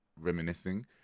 Reminiscing